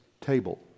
table